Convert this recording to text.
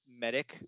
medic